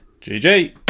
gg